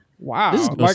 Wow